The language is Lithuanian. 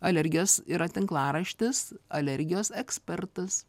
alergijos yra tinklaraštis alergijos ekspertas